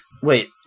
Wait